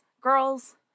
girls